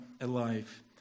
alive